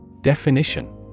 Definition